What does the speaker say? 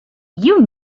you